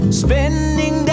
spending